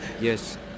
Yes